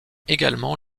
également